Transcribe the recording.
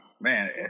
man